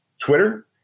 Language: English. Twitter